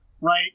right